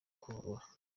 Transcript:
kuvura